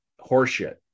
Horseshit